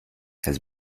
has